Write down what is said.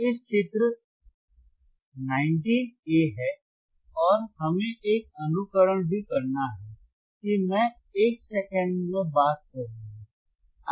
यह चित्र 19a है और हमें एक अनुकरण भी करना है कि मैं एक सेकंड में बात करूंगा